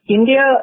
India